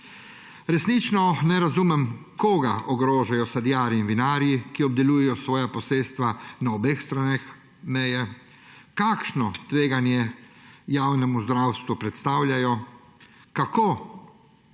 Resnično ne razumem, koga ogrožajo sadjarji in vinarji, ki obdelujejo svoja posestva na obeh straneh meje. Zanima me: Kakšno tveganje javnemu zdravstvu predstavljajo kmetje